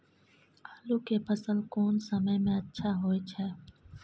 आलू के फसल कोन समय में अच्छा होय छै?